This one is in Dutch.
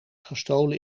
gestolen